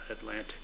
Atlantic